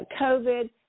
COVID